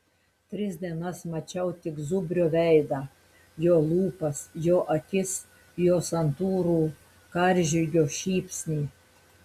tris dienas mačiau tik zubrio veidą jo lūpas jo akis jo santūrų karžygio šypsnį